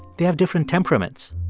they have different temperaments.